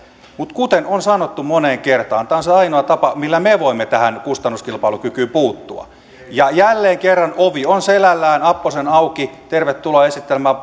mutta kuten on sanottu moneen kertaan tämä on se ainoa tapa millä me voimme tähän kustannuskilpailukykyyn puuttua ja jälleen kerran ovi on selällään apposen auki tervetuloa esittelemään